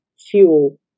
fuel